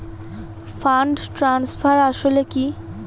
Fund transfer আসলে কী?